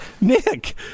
Nick